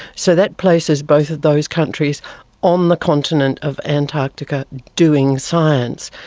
so that places both of those countries on the continent of antarctica doing science.